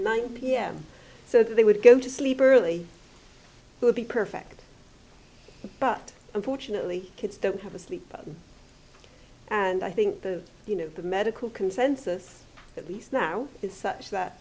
nine pm so they would go to sleep early would be perfect but unfortunately kids don't have a sleep and i think the you know the medical consensus at least now is such that